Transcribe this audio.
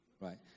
Right